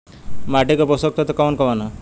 माटी क पोषक तत्व कवन कवन ह?